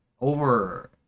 over